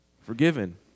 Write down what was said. forgiven